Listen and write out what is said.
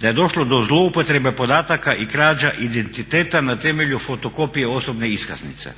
da je došlo do zlouporabe podataka i krađa identiteta na temelju fotokopije osobne iskaznice